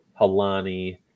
Halani